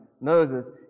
Moses